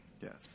Yes